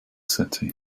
city